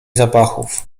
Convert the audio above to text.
zapachów